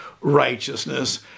righteousness